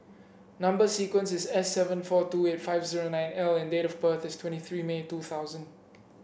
number sequence is S seven four two eight five zero nine L and date of birth is twenty three May two thousand